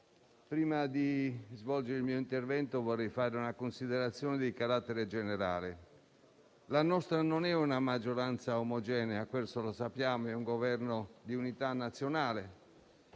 prima di svolgere il mio intervento, vorrei fare una considerazione di carattere generale. Sappiamo che la nostra non è una maggioranza omogenea, che quello attuale è un Governo di unità nazionale.